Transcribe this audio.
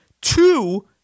Two